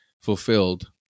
fulfilled